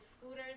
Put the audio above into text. scooters